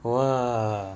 !wah!